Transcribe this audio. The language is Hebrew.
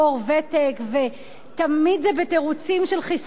ותמיד זה בתירוצים של חיסכון בעלויות.